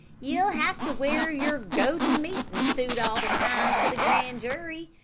ye'll have to wear your go-to-meetin' suit all the time to the grand jury.